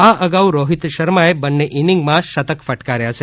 આ અગાઉ રોહિત શર્માએ બન્ને ઇનીંગમાં શતક ફટકાર્યા છે